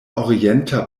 orienta